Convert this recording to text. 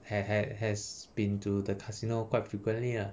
hav~ hav~ has been to the casino quite frequently lah